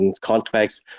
contracts